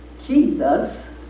Jesus